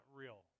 real